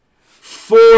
four